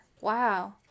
Wow